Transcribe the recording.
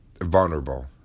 vulnerable